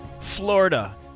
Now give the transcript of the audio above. Florida